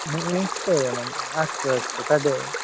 निश्चयेन अस्तु अस्तु तदेव